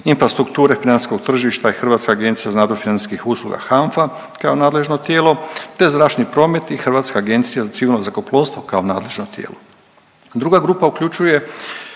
infrastrukture financijskog tržišta i Hrvatska agencija za nadzor financijskih usluga HANFA kao nadležno tijelo, te zračni promet i Hrvatska agencija za civilno zrakoplovstvo kao nadležno tijelo. Druga grupa uključuje